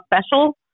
special